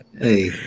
Hey